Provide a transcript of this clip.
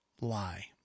lie